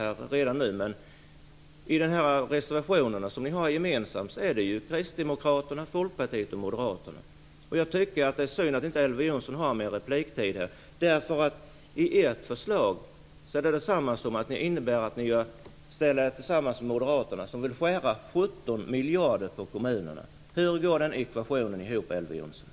Men ni har ju en gemensam reservation. Där är det Kristdemokraterna, Folkpartiet och Moderaterna. Jag tycker att det är synd att inte Elver Jonsson har mer repliktid, för i ert förslag är det ju så att ni ställer er tillsammans med Moderaterna, som vill skära ned 17 miljarder på kommunerna. Hur går den ekvationen ihop, Elver Jonsson?